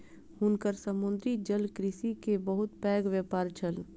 हुनकर समुद्री जलकृषि के बहुत पैघ व्यापार छल